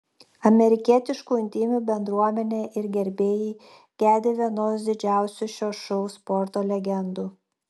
amerikietiškų imtynių bendruomenė ir gerbėjai gedi vienos didžiausių šio šou sporto legendų